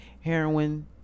heroin